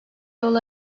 yol